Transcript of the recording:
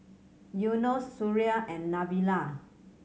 Yunos Suria and Nabila